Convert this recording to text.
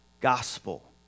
gospel